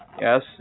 Yes